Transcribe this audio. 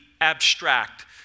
abstract